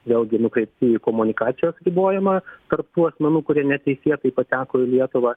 vėlgi nukreipti į komunikacijos ribojimą tarp tų asmenų kurie neteisėtai pateko į lietuvą